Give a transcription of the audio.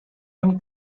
him